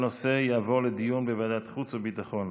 הנושא יעבור לדיון בוועדת החוץ והביטחון.